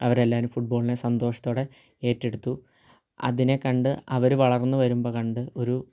അവരെല്ലാരും ഫുട്ബോളിനെ സന്തോഷത്തോടെ ഏറ്റെടുത്തു അതിനെ കണ്ടു അവർ വളർന്നു വരുമ്പോൾ കണ്ടു ഒരു